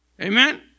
Amen